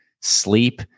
sleep